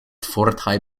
fortaj